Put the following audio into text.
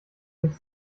sich